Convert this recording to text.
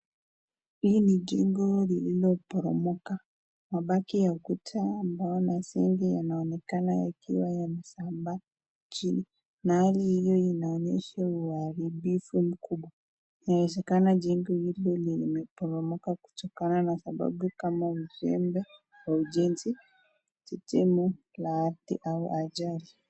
Hii ni jengo lenye limeporomoka mabaki ya kuta mengi yanaonekana yakiw ayamesambaa chini mahali hiyo inaonyesha uharibifu mkubwa. Inawezekana jengo hili limeboromoka kutokana na uzembe wa ujenzi, tetemeko la ardhi au ajali.